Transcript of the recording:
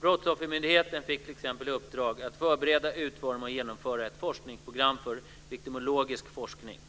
Brottsoffermyndigheten fick t.ex. i uppdrag att förbereda, utforma och genomföra ett forskningsprogram för viktimologisk forskning.